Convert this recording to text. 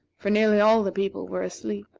for nearly all the people were asleep.